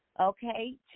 Okay